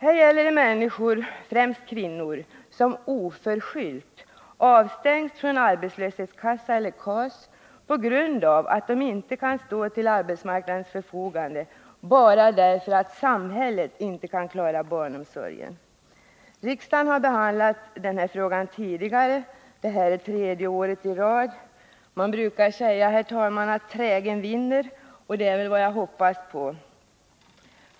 Här gäller det människor, främst kvinnor, som oförskyllt avstängs från arbetslöshetskassa eller KAS på grund av att de inte kan stå till arbetsmarknadens förfogande bara därför att samhället inte kan klara barnomsorgen. Riksdagen har behandlat denna fråga tidigare. Det här är tredje året i rad. Man brukar säga, herr talman, att trägen vinner, och det är väl vad jag hoppas på.